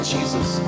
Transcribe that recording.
Jesus